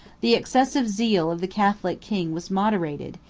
the excessive zeal of the catholic king was moderated,